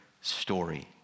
story